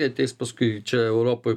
jie ateis paskui čia europoj